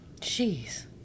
Jeez